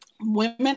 women